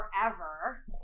forever